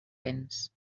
ens